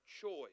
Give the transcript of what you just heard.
choice